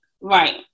right